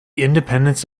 independence